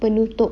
penutup